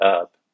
up